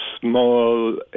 small